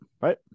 right